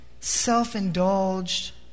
self-indulged